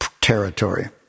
territory